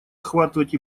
охватывать